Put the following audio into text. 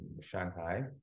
Shanghai